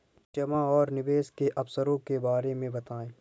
जमा और निवेश के अवसरों के बारे में बताएँ?